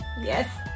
yes